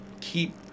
keep